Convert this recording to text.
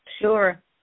Sure